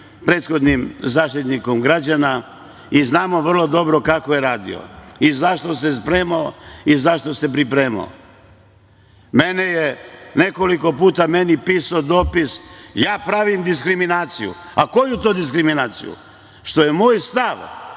prethodnim Zaštitnikom građana i znamo vrlo dobro kako je radio i za šta se spremao i za šta se pripremao. Mene je nekoliko puta pisao dopis, ja pravim diskriminaciju. Koju to diskriminaciju? Što je moj stav